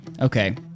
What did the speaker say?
Okay